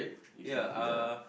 ya